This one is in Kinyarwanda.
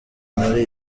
muri